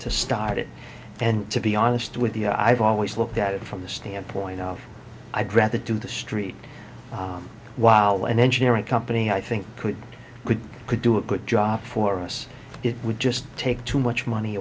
to start it and to be honest with you i've always looked at it from the standpoint of i'd rather do the street while an engineering company i think could could could do a good job for us it would just take too much money